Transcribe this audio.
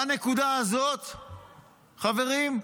בנקודה הזאת, חברים,